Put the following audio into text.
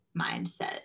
mindset